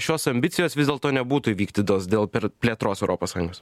šios ambicijos vis dėlto nebūtų įvykdytos dėl per plėtros europos sąjungos